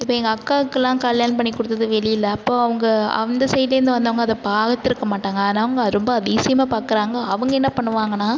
இப்போ எங்கள் அக்காவுக்குலாம் கல்யாண் பண்ணி கொடுத்தது வெளியில அப்போ அவங்க அந்த சைடுலந்து வந்தவங்க அதை பாவுத்துருக்கமாட்டாங்க ஆனாம் ரொம்ப அதிசயமாக பார்க்கறாங்க அவங்க என்ன பண்ணுவாங்கன்னா